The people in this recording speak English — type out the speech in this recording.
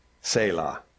Selah